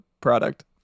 product